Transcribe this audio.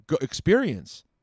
experience